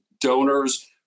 donors